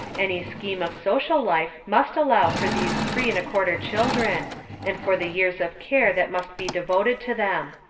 any scheme of social life must allow for these three and a quarter children and for the years of care that must be devoted to them.